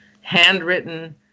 handwritten